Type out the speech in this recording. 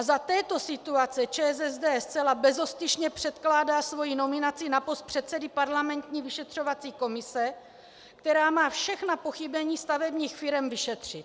Za této situace ČSSD zcela bezostyšně předkládá svoji nominaci na post předsedy parlamentní vyšetřovací komise, která má všechna pochybení stavebních firem vyšetřit.